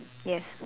yes